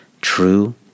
True